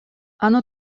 оно